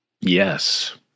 Yes